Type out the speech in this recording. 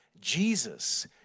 Jesus